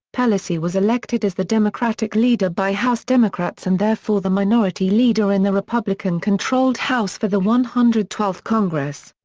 pelosi was elected as the democratic leader by house democrats and therefore the minority leader in the republican-controlled house for the one hundred and twelfth congress.